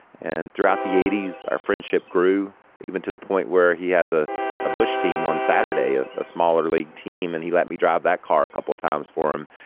and throughout the eighty s our friendship grew even to the point where he has ah a bush team on saturday at a smaller league team and he let me drive that car a couple of times for him.